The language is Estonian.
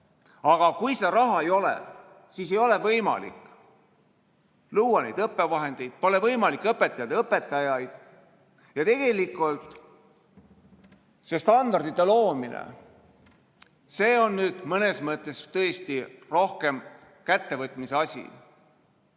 Aga kui seda raha ei ole, siis ei ole võimalik luua neid õppevahendeid, pole võimalik õpetada õpetajaid. Tegelikult see standardite loomine on mõnes mõttes tõesti rohkem kättevõtmise asi.